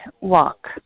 walk